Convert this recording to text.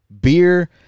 beer